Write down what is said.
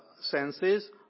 senses